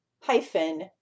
hyphen